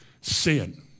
sin